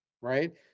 right